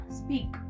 speak